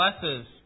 blesses